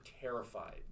terrified